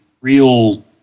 real